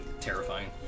terrifying